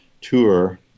tour